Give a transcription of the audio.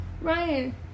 Ryan